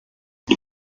der